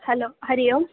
hello Hari Om